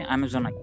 Amazon